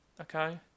Okay